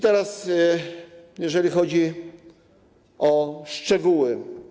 Teraz jeśli chodzi o szczegóły.